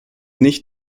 nicht